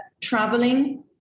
traveling